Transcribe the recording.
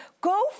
go